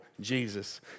Jesus